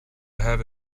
have